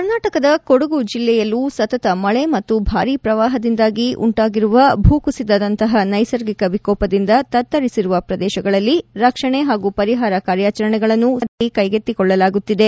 ಕರ್ನಾಟಕದ ಕೊಡಗು ಜಿಲ್ಲೆಯಲ್ಲೂ ಸತತ ಮಳೆ ಮತ್ತು ಭಾರಿ ಪ್ರವಾಹದಿಂದಾಗಿ ಉಂಟಾಗಿರುವ ಭೂಕುಸಿತದಂತಹ ನೈಸರ್ಗಿಕ ವಿಕೋಪದಿಂದ ತತ್ತರಿಸಿರುವ ಪ್ರದೇಶಗಳಲ್ಲಿ ರಕ್ಷಣೆ ಹಾಗೂ ಪರಿಹಾರ ಕಾರ್ಯಾಚರಣೆಗಳನ್ನು ಸಮರೋಪಾದಿಯಲ್ಲಿ ಕೈಗೊಳ್ಳಲಾಗುತ್ತಿದೆ